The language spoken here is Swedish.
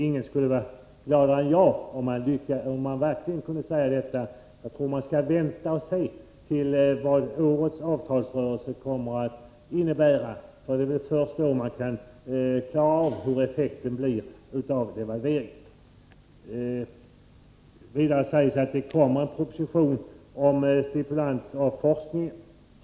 Ingen skulle vara gladare än jag, om man verkligen kunde säga detta, men jag tror att man skall vänta och se vad årets avtalsrörelse kommer att innebära, för det är först då man kan se klart hur effekten blivit av devalveringen. Vidare sägs att det kommer en proposition om stimulans av forskningen.